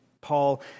Paul